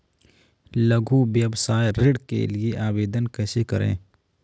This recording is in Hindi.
लघु व्यवसाय ऋण के लिए आवेदन कैसे करें?